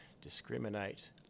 discriminate